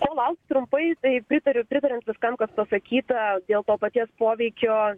ko laukt trumpai tai pritariu pritariant viskam kas pasakyta dėl to paties poveikio